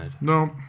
No